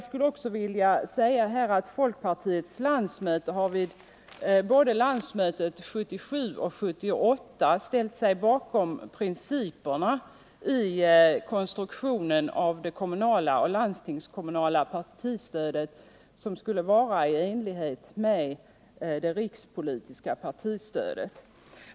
Folkpartiet har vid landsmötena 1977 och 1978 ställt sig bakom att principerna i konstruktionen av det kommunala och landstingskommunala partistödet skall vara desamma som när det gäller det rikspolitiska partistödet.